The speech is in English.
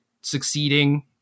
succeeding